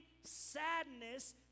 sadness